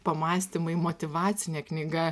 pamąstymai motyvacinė knyga